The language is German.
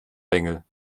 bengel